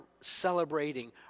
celebrating